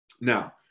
now